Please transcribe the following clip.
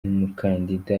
nk’umukandida